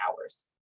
hours